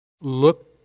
Look